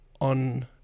on